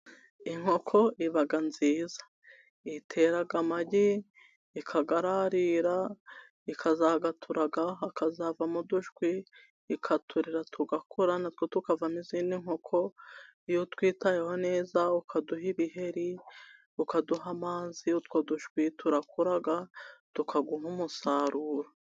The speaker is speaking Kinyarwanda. Inkoko iba nziza. Iteraga amagi, ikayararira, ikazayaturaga hakazavamo udushwi, ikaturera tugakura, na two tukavamo izindi inkoko. Iyo utwitayeho neza ukaduha ibiheri, ukaduha amazi, utwo dushwi turakura, tukaguha umusaruro.